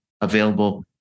available